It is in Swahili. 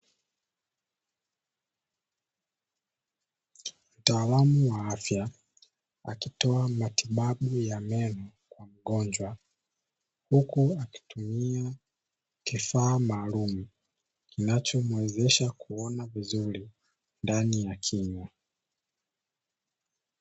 Mtaalamu wa afya akitoa matibabu ya meno ya mgonjwa, huku akitumia kifaa maalumu kinachomwezesha kuona vizuri ndani ya kinywa.